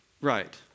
right